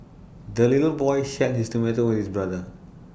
the little boy shared his tomato with his brother